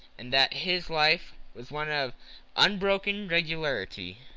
and that his life was one of unbroken regularity,